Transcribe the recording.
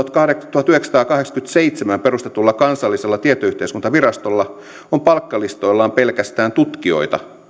tuhatyhdeksänsataakahdeksankymmentäseitsemän perustetulla kansallisella tietoyhteiskuntavirastolla on palkkalistoillaan pelkästään tutkijoita